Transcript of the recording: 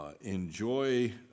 enjoy